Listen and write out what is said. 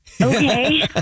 Okay